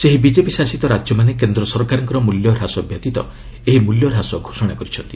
ସେହି ବିଜେପି ଶାସିତ ରାଜ୍ୟମାନେ କେନ୍ଦ୍ର ସରକାରଙ୍କର ମୂଲ୍ୟ ହ୍ରାସ ବ୍ୟତୀତ ଏହି ମ୍ବଲ୍ୟ ହ୍ରାସ ଘୋଷଣା କରିଛନ୍ତି